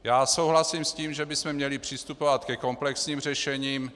Já souhlasím s tím, že bychom měli přistupovat ke komplexním řešením.